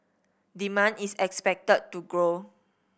demand is expected to grow